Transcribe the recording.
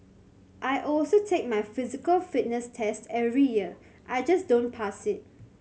I also take my physical fitness test every year I just don't pass it